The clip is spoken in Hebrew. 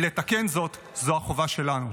לתקן זאת, זו החובה שלנו.